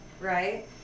right